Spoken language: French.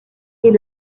est